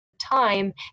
time